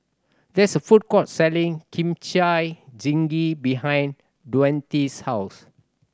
there is a food court selling Kimchi Jjigae behind Daunte's house